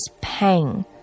pang